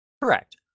Correct